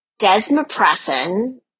desmopressin